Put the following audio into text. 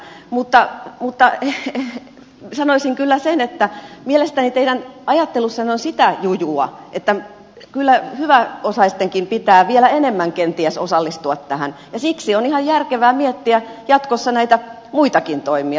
mutta sanoisin kyllä sen että mielestäni teidän ajattelussanne on sitä jujua että kyllä hyväosaistenkin pitää vielä enemmän kenties osallistua tähän ja siksi on ihan järkevää miettiä jatkossa näitä muitakin toimia